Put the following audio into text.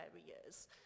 areas